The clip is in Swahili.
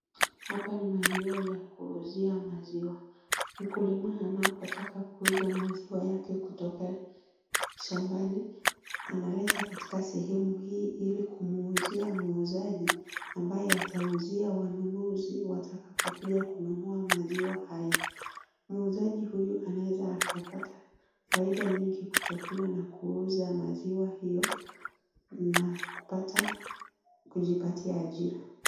Hapa ni maeneo ya kuuzia maziwa. Mkulima anapotaka kuuza maziwa yake kutoka shambani, analeta katika sehemu hii ili kumuuzia muuzaji ambaye atauzia wanunuzi watakapokuja kununua maziwa haya. Muuzaji huyo anaweza akapata faida nyingi kutokana na kuuza maziwa hiyo na kupata kujipatia ajira.